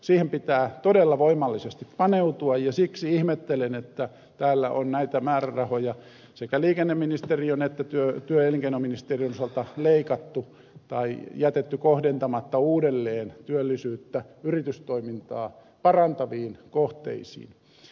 siihen pitää todella voimallisesti paneutua ja siksi ihmettelen että täällä on näitä määrärahoja sekä liikenneministeriön että työ ja elinkeinoministeriön osalta leikattu tai jätetty kohdentamatta uudelleen työllisyyttä yritystoimintaa parantaviin kohteisiin